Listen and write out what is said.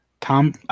Tom